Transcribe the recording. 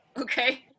okay